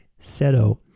Seto